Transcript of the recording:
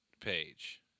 page